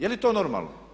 Je li to normalno?